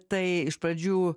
tai iš pradžių